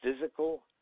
physical